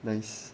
nice